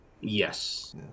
Yes